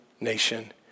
nation